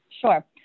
Sure